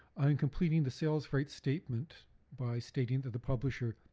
i mean completing the sales rights statement by stating that the publisher